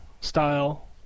style